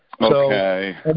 Okay